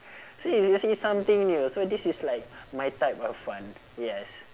so you'll you'll see something new so this is like my type of fun yes